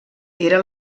era